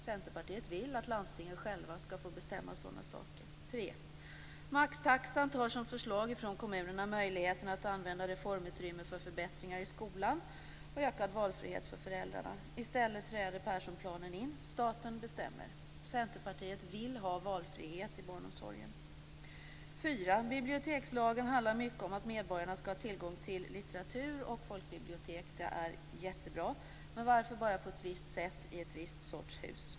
Centerpartiet vill att landstingen själva skall få bestämma sådana saker. 3. Förslagen om maxtaxa tar ifrån kommunerna möjligheten att använda reformutrymme för förbättringar i skolan och ökad valfrihet för föräldrarna. I stället träder "Perssonplanen" in - staten bestämmer. Centerpartiet vill ha valfrihet i barnomsorgen. 4. Bibliotekslagen handlar mycket om att medborgarna skall ha tillgång till litteratur och folkbibliotek. Det är jättebra. Men varför bara på ett visst sätt i ett visst sorts hus? 5.